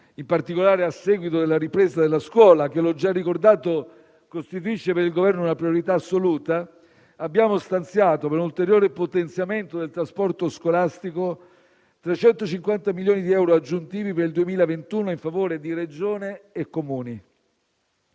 in particolare a seguito della ripresa della scuola che - l'ho già ricordato - costituisce per il Governo una priorità assoluta, abbiamo stanziato per un ulteriore potenziamento del trasporto scolastico 350 milioni di euro aggiuntivi per il 2021 in favore di Regioni e Comuni.